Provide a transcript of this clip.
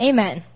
Amen